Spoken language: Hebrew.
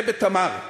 זה ב"תמר".